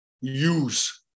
Use